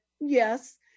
yes